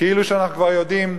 כאילו שאנחנו כבר יודעים,